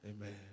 Amen